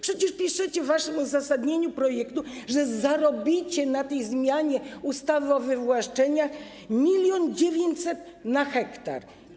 Przecież piszecie w waszym uzasadnieniu projektu, że zarobicie na tej zmianie ustawy o wywłaszczeniach 1900 tys. na 1 ha.